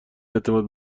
اعتماد